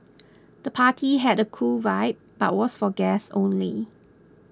the party had a cool vibe but was for guests only